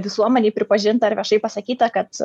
visuomenėj pripažinta ar viešai pasakyta kad